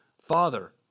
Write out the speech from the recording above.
Father